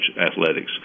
athletics